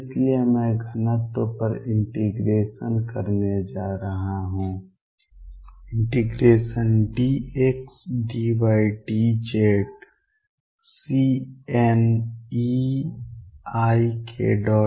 इसलिए मैं घनत्व पर इंटीग्रेशन करने जा रहा हूं ∫dxdydz CN eikr21